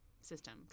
system